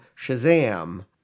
Shazam